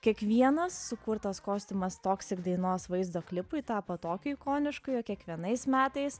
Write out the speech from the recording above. kiekvienas sukurtas kostiumas toksik dainos vaizdo klipui tapo tokiu ikonišku jog kiekvienais metais